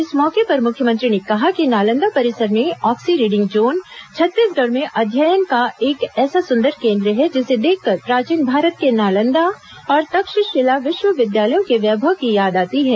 इस मौके पर मुख्यमंत्री ने कहा कि नालंदा परिसर में ऑक्सी रीडिंग जोन छत्तीसगढ़ में अध्ययन का एक ऐसा सुंदर केंद्र है जिसे देखकर प्राचीन भारत के नालंदा और तक्षशिला विश्वविद्यालयों के वैभव की याद आती है